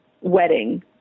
wedding